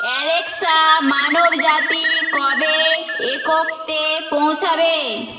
Alexa মানবজাতি কবে এককত্বে পৌঁছাবে